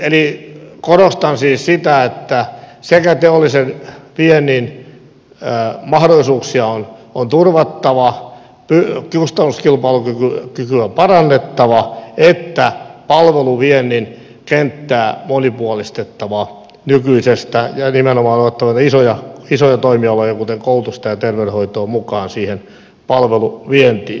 eli korostan siis sitä että sekä teollisen viennin mahdollisuuksia on turvattava kustannuskilpailukykyä parannettava että palveluviennin kenttää monipuolistettava nykyisestä ja nimenomaan otettava näitä isoja toimialoja kuten koulutusta ja terveydenhoitoa mukaan siihen palveluvientiin